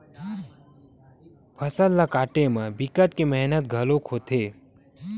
फसल ल काटे म बिकट के मेहनत घलोक होथे